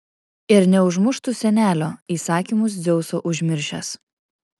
ir neužmuštų senelio įsakymus dzeuso užmiršęs